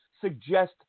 suggest